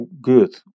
good